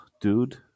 Dude